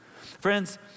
Friends